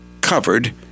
covered